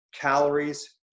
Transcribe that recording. calories